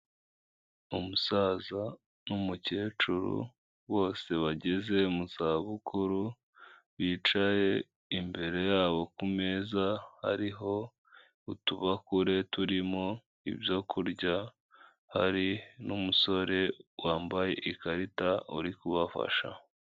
Umusaza n'umukecuru bose bageze mu za bukuru bicaye imbere yabo ku meza hariho utubakure turimo ibyo kurya, hari n'umusore wambaye ikarita uri kubafasha.